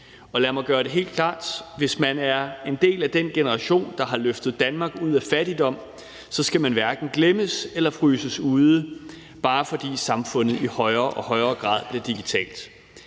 Og lad mig gøre det helt klart: Hvis man er en del af den generation, der har løftet Danmark ud af fattigdom, skal man hverken glemmes eller fryses ude, bare fordi samfundet i højere og højere grad bliver digitalt.